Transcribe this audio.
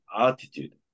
attitude